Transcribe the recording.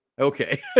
Okay